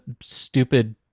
stupid